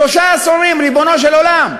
שלושה עשורים, ריבונו של עולם.